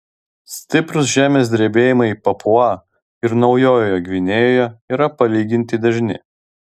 stiprūs žemės drebėjimai papua ir naujojoje gvinėjoje yra palyginti dažni